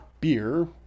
beer